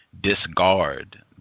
discard